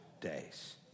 days